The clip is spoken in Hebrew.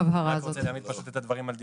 אני רוצה להעמיד את הדברים על דיוקם.